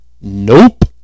nope